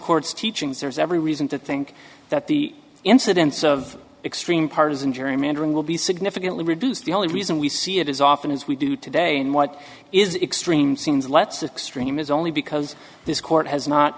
court's teachings there's every reason to think that the incidence of extreme partisan gerrymandering will be significantly reduced the only reason we see it as often as we do today in what is extreme seems let's extreme is only because this court has not